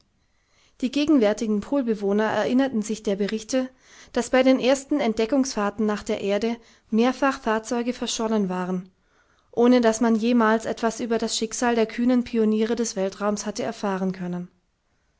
die gegenwärtigen polbewohner erinnerten sich der berichte daß bei den ersten entdeckungsfahrten nach der erde mehrfach fahrzeuge verschollen waren ohne daß man jemals etwas über das schicksal der kühnen pioniere des weltraums hatte erfahren können